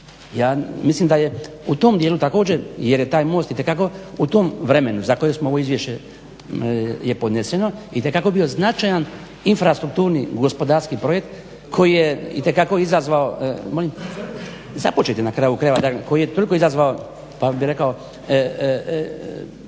Ja mislim da je u tom dijelu također, jer je taj most itekako u tom vremenu za koje je ovo izvješće podneseno itekako bio značajan infrastrukturni, gospodarski projekt koji je itekako izazvao, molim? Započet je na kraju krajeva, koji je dakle toliko izazvao pa bih rekao